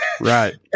Right